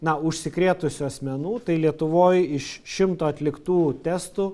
na užsikrėtusių asmenų tai lietuvoj iš šimto atliktų testų